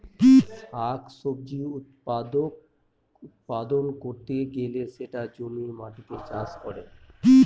শাক সবজি উৎপাদন করতে গেলে সেটা জমির মাটিতে চাষ করে